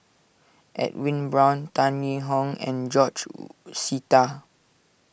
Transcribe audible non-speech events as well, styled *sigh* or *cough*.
Edwin Brown Tan Yee Hong and George *unintelligible* Sita